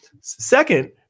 Second